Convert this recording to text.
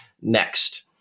next